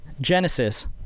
Genesis